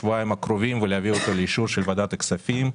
שבועיים הקרובים, ולהביא אותו לאישור ועדת הכספים.